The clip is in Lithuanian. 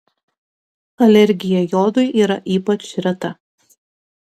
alergija jodui yra ypač reta